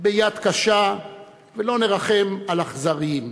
ביד קשה ולא נרחם על אכזרים.